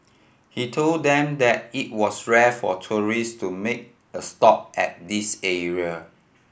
he told them that it was rare for tourist to make a stop at this area